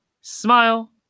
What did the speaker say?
smile